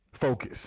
focus